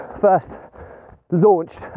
first-launched